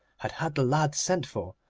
had had the lad sent for,